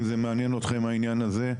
אם מעניין אתכם העניין הזה.